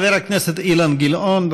חבר הכנסת אילן גילאון,